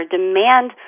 demand